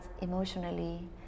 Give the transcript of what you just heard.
emotionally